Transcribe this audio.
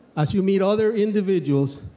as you meet other individuals,